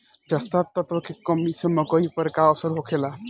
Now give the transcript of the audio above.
जस्ता तत्व के कमी से मकई पर का असर होखेला?